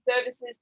services